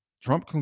Trump